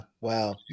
Wow